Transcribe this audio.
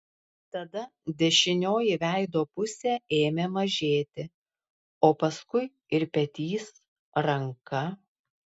tada dešinioji veido pusė ėmė mažėti o paskui ir petys ranka